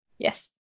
Yes